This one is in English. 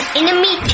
enemy